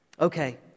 Okay